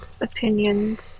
opinions